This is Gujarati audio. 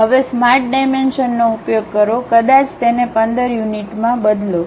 હવે સ્માર્ટ ડાયમેન્શનનો ઉપયોગ કરો કદાચ તેને 15 યુનિટ માં બદલો